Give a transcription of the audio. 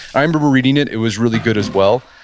i remember reading it it was really good as well.